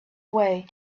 way